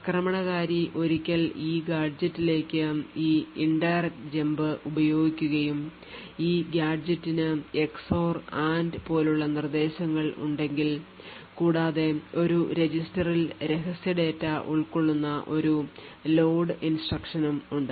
ആക്രമണകാരി ഒരിക്കൽ ഈ ഗാഡ്ജെറ്റിലേക്ക് ഈ indirect ജമ്പ് ഉപയോഗിക്കുകയും ഈ ഗാഡ്ജെറ്റിന് xor and പോലുള്ള നിർദ്ദേശങ്ങൾ ഉണ്ടെങ്കിൽ കൂടാതെ ഒരു രജിസ്റ്ററിൽ രഹസ്യ ഡാറ്റ ഉൾക്കൊള്ളുന്ന ഒരു ലോഡ് ഇൻസ്ട്രക്ഷനും ഉണ്ട്